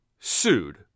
sued